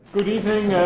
good evening,